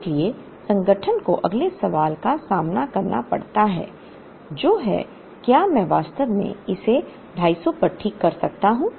इसलिए संगठन को अगले सवाल का सामना करना पड़ता है जो है क्या मैं वास्तव में इसे 250 पर ठीक कर सकता हूं